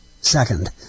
second